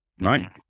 right